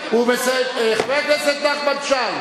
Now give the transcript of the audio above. חבר הכנסת נחמן שי.